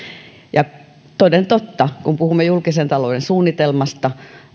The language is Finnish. toden totta kun puhumme julkisen talouden suunnitelmasta